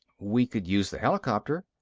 we could use the helicopter.